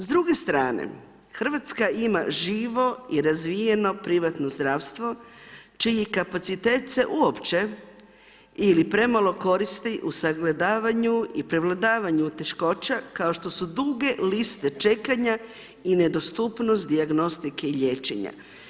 S druge strane, Hrvatska ima živo i razvijeno privatno zdravstvo čiji kapacitet se uopće ili premalo koristi u sagledavanju i prevladavanju teškoća kao što su duge liste čekanja i nedostupnost dijagnostike i liječenja.